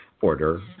order